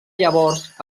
llavors